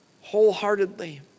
wholeheartedly